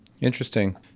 Interesting